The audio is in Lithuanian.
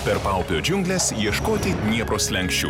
per paupio džiungles ieškoti dniepro slenksčių